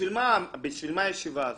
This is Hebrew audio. בשביל מה הישיבה הזאת?